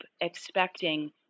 expecting